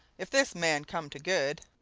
if this man come to good.